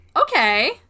okay